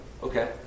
okay